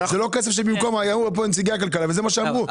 היו פה נציגי הכלכלה וזה מה שאמרו.